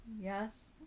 Yes